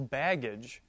baggage